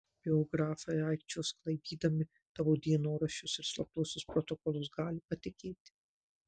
biografai aikčios sklaidydami tavo dienoraščius ir slaptuosius protokolus gali patikėti